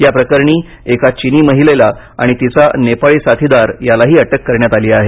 या प्रकरणी एक चिनी महिला आणि तिचा नेपाळी साथीदारांनाही अटक करण्यात आली आहे